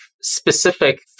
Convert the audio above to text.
specific